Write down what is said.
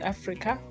Africa